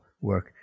work